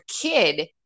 kid